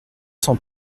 sans